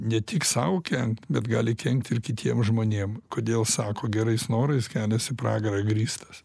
ne tik sau kenkt bet gali kenkti ir kitiem žmonėm kodėl sako gerais norais kelias į pragarą grįstas